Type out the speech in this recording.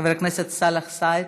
חבר הכנסת סאלח סעד,